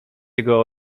jego